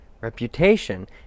Reputation